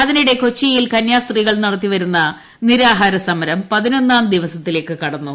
അതിനിടെ കൊച്ചിയിൽ കന്യാസ്ത്രികൾ നടത്തിവരുന്ന നിരാഹാര സമരം പതിനൊന്നാം ദിവസത്തിലേക്ക് കടന്നു